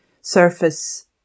surface